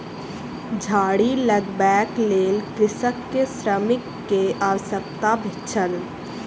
झाड़ी लगबैक लेल कृषक के श्रमिक के आवश्यकता छल